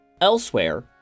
Elsewhere